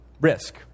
risk